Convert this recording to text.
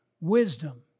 wisdom